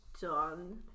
done